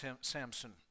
Samson